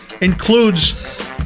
includes